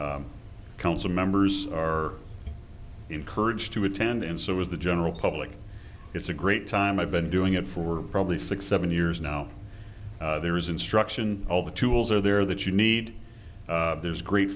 area council members are encouraged to attend and so is the general public it's a great time i've been doing it for probably six seven years now there is instruction all the tools are there that you need there's great